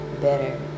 better